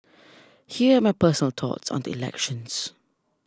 here are my personal thoughts on the elections